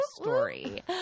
story